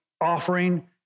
offering